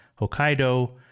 Hokkaido